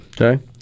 Okay